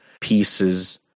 pieces